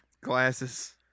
Glasses